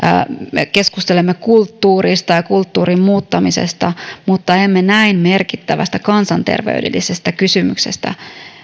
me keskustelemme kulttuurista ja kulttuurin muuttamisesta mutta emme näin merkittävästä kansanterveydellisestä kysymyksestä